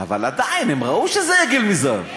אבל עדיין הם ראו שזה עגל מזהב.